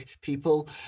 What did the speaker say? people